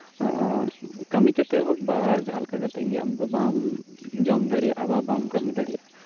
ᱠᱟᱹᱢᱤ ᱠᱟᱛᱮᱫ ᱦᱚᱸ ᱡᱟᱸᱦᱟ ᱞᱮᱠᱟ ᱠᱟᱛᱮᱫ ᱜᱮ ᱵᱟᱢ ᱡᱚᱢ ᱫᱟᱲᱮᱭᱟᱜᱼᱟ ᱵᱟ ᱵᱟᱢ ᱠᱟᱹᱢᱤ ᱫᱟᱲᱮᱭᱟᱜᱼᱟ